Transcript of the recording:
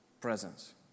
presence